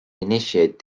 initiate